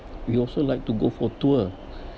we also like to go for tour